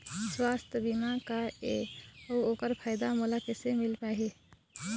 सुवास्थ बीमा का ए अउ ओकर फायदा मोला कैसे मिल पाही?